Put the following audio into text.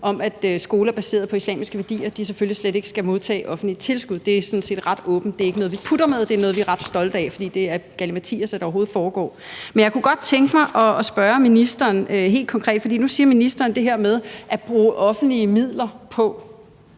at skoler baseret på islamiske værdier skal modtage offentligt tilskud, slet ikke. Det er sådan set ret åbent. Det er ikke noget, vi putter med. Det er noget, vi er ret stolte af, for det er galimatias, at det overhovedet foregår. Men jeg kunne godt tænke mig at spørge ministeren helt konkret, for nu siger ministeren det her med at bruge offentlige midler: